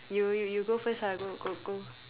you you you go first ah go go go